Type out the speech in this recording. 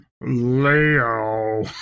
Leo